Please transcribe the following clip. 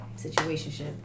Situationship